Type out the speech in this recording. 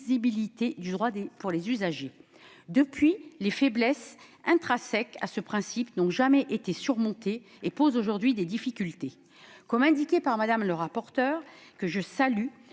lisibilité du droit pour les usagers. Les faiblesses intrinsèques à ce principe n'ont jamais été surmontées et posent aujourd'hui difficulté. Comme l'a souligné Mme le rapporteur, que je salue